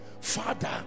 father